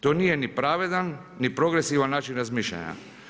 To nije ni pravedan, ni progresivan način razmišljanja.